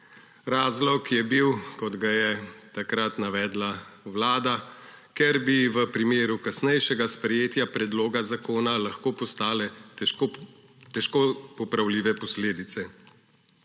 Razlog je bil, kot ga je takrat navedla Vlada, ker bi v primeru kasnejšega sprejetja predloga zakona lahko nastale težko popravljive posledice.